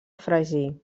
fregir